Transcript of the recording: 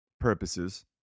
purposes